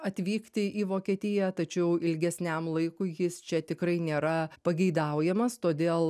atvykti į vokietiją tačiau ilgesniam laikui jis čia tikrai nėra pageidaujamas todėl